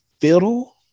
fiddle